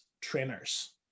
trainers